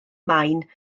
main